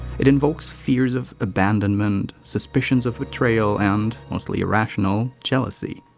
it invokes fears of abandonment, suspicions of betrayal and mostly irrational jealousy.